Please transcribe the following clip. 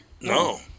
No